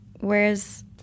whereas